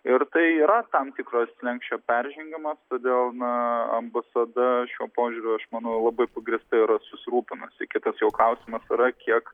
ir tai yra tam tikro slenksčio peržengimas todėl na ambasada šiuo požiūriu aš manau labai pagrįstai yra susirūpinusi kitas jau klausimas yra kiek